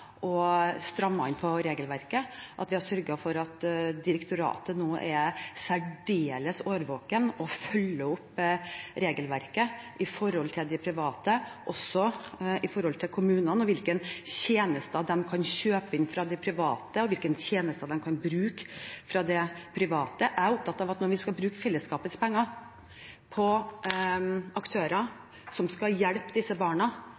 og strammet inn på regelverket, at vi har sørget for at direktoratet nå er særdeles årvåkent og følger opp regelverket når det gjelder de private og når det gjelder kommunene – hvilke tjenester de kan kjøpe inn fra de private, og hvilke tjenester de kan bruke fra de private. Jeg er opptatt av at når vi skal bruke fellesskapets penger på aktører som skal hjelpe disse barna,